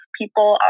people